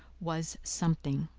was something.